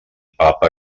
papa